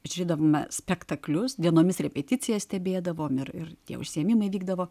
žiūrėdavome spektaklius dienomis repeticijas stebėdavom ir ir tie užsiėmimai vykdavo